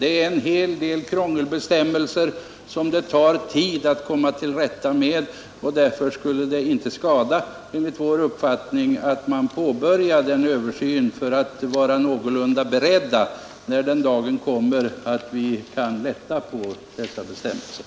Det är en hel del krångliga bestämmelser som det tar tid att komma till rätta med, och därför skulle det enligt vår uppfattning inte skada att man påbörjade en översyn för att vara någorlunda beredd, när den dagen kommer att man kan lätta på dessa bestämmelser.